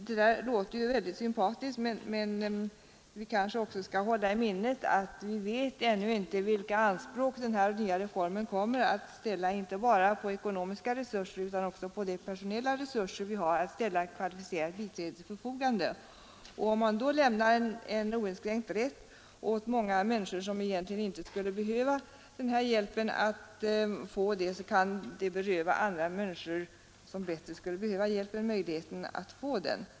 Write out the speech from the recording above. Det där låter mycket sympatiskt, men vi bör också hålla i minnet att vi ännu inte vet vilka anspråk den nya reformen kommer att ställa, inte bara på våra ekonomiska resurser, utan också på de personella resurser vi har att ställa kvalificerat biträde till förfogande. Om man då lämnar oinskränkt sådan rätt åt många människor som egentligen inte skulle behöva denna hjälp att få den, kan därmed andra människor, som bättre skulle behöva hjälpen, berövas möjligheten att få den.